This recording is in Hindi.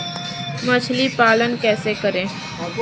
मछली पालन कैसे करें?